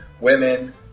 women